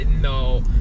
no